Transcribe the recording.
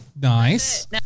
Nice